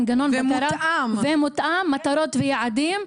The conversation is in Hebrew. מנגנון בקרה ומותאם מטרות ויעדים,